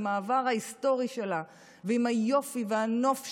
עם העבר ההיסטורי שלה ועם היופי והנוף שלה,